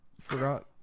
forgot